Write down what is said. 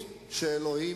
חבר'ה,